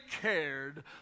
cared